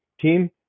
team